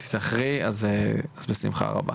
בשמחה רבה.